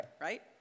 right